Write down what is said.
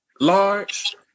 large